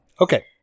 Okay